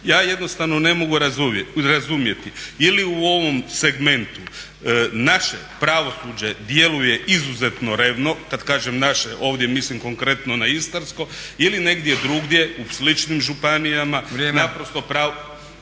Ja jednostavno ne mogu razumjeti je li u ovom segmentu naše pravosuđe djeluje izuzetno revno, kad kažem naše ovdje mislim konkretno na istarsko ili negdje drugdje u sličnim županijama naprosto pravosuđe